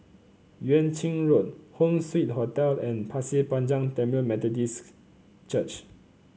Yuan Ching Road Home Suite Hotel and Pasir Panjang Tamil Methodist Church